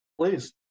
Please